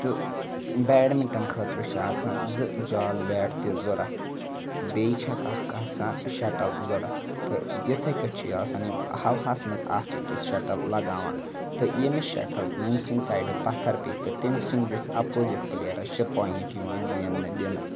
تہٕ بیڈمِنٛٹَن خٲطرٕ چھِ آسان زٕ جال بیٹ تہِ ضوٚرَتھ بیٚیہِ چھِ اَتھ اَکھ آسان شَٹَل ضوٚرَتھ تہٕ یِتھَے کٔٹھۍ چھِ یہِ آسان یِم ہَوہَس منٛز اَکھ أکِس شَٹَل لگاوان تہٕ ییٚمِس شَٹَل ییٚمہِ سٕنٛدۍ سایڈٕ پَتھَر پے تہٕ تٔمۍ سٕنٛدِس اَپوزِٹ پٕلیرَس چھِ پویِنٛٹ یِوان زیننہٕ دِنہٕ